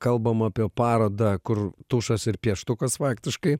kalbam apie parodą kur tušas ir pieštukas faktiškai